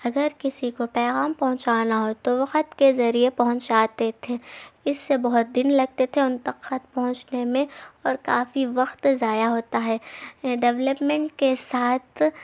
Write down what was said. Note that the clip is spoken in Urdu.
اگر کسی کو پیغام پہنچانا ہو تو وہ خط کے ذریعے پہنچاتے تھے اس سے بہت دن لگتے تھے ان تک خط پہنچنے میں اور کافی وقت ضائع ہوتا ہے ڈیولپمنٹ کے ساتھ